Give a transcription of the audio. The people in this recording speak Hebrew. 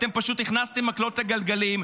אתם פשוט הכנסתם מקלות לגלגלים,